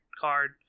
card